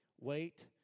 wait